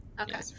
Okay